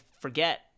forget